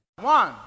One